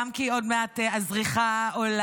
גם כי עוד מעט הזריחה עולה,